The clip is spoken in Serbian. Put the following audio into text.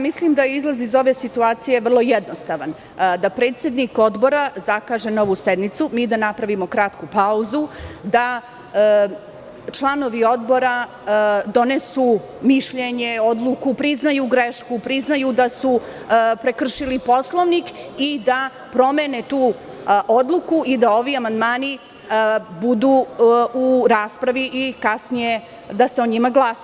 Mislim da je izlaz iz ove situacije vrlo jednostavan, da predsednik odbora zakaže novu sednicu, mi da napravimo kratku pauzu, da članovi odbora donesu mišljenje, odluku, priznaju grešku, priznaju da su prekršili poslovnik i da promene tu odluku i da ovi amandmani budu u raspravi i kasnije da se o njima glasa.